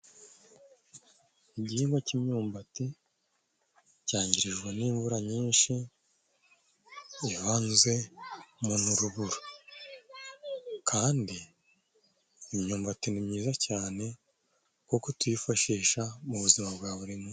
Igihingwa cy'imyumbati cyangirijwe n'imvura nyinshi ivanzemo n' urubura, kandi imyumbati ni myiza cyane kuko tuyifashisha mu buzima bwa buri munsi.